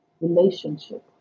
relationship